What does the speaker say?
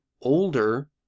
older